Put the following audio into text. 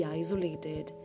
isolated